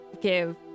give